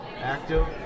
Active